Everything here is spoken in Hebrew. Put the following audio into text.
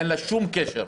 אין לזה שום קשר.